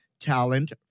talent